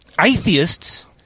Atheists